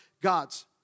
God's